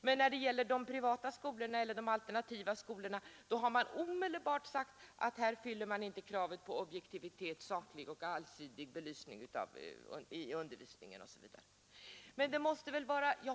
Men när det gäller de privata eller de alternativa skolorna har det omedelbart sagts att de inte fyller kravet på objektiv, saklig och allsidig belysning i undervisningen osv.